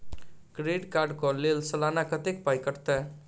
Credit card कऽ लेल सलाना कत्तेक पाई कटतै?